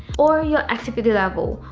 or you're activity level,